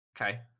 Okay